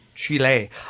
Chile